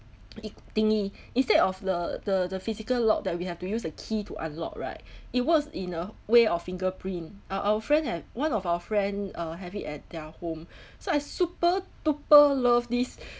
it~ thingy instead of the the the physical lock that we have to use a key to unlock right it works in a way of fingerprint our our friend have one of our friend uh have it at their home so I super duper love this